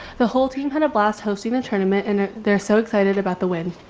the whole team had a blast hosting the tournament and they're so excited about the win.